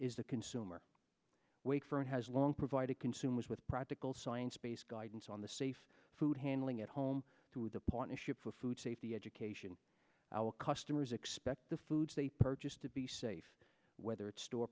is the consumer wait for it has long provided consumers with practical science based guidance on the safe food handling at home to the point to shop for food safety education our customers expect the foods they purchase to be safe whether it's store